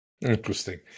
Interesting